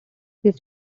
this